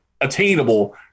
attainable